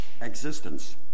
Existence